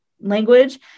language